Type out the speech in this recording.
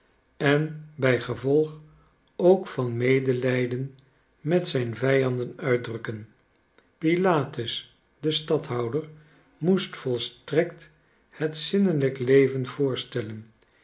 en bij gevolg ook van medelijden met zijn vijanden uitdrukken pilatus de stadhouder moest volstrekt het zinnelijk leven voorstellen